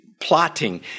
plotting